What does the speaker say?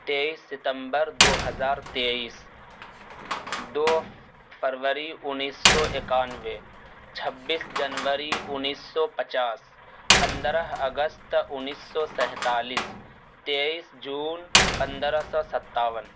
تیئیس ستمبر دو ہزار تیئیس دو فروری انیس سو اکیانوے چھبیس جنوری انیس سو پچاس پندرہ اگست انیس سو سینتالیس تیئیس جون پندرہ سو ستاون